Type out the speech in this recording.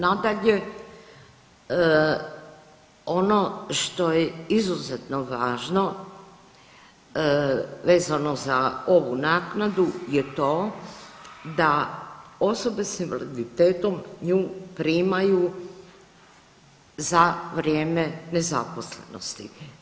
Nadalje, ono što je izuzetno važno vezano za ovu naknadu je to da osobe s invaliditetom nju primaju za vrijeme nezaposlenosti.